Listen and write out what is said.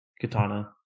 Katana